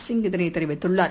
Singh இதனைதெரிவித்துள்ளார்